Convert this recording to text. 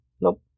Nope